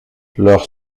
leur